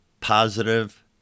positive